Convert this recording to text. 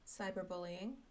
cyberbullying